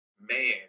Man